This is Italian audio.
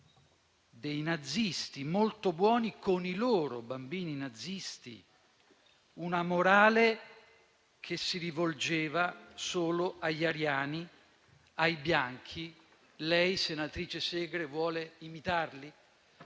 dei nazisti, «molto buoni con i loro bambini nazisti; una morale che si rivolgeva solo agli ariani e ai bianchi», chiede alla senatrice: «Lei vuole imitarli?».